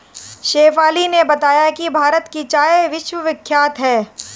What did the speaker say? शेफाली ने बताया कि भारत की चाय विश्वविख्यात है